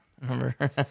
remember